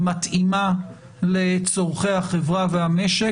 מתאימה לצורכי החברה והמשק,